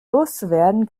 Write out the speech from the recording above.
loszuwerden